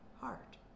heart